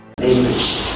Amen